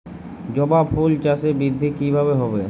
জবা ফুল চাষে বৃদ্ধি কিভাবে হবে?